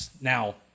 now